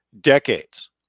decades